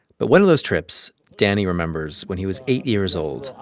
but one of those trips, danny remembers, when he was eight years old.